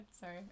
sorry